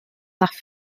nach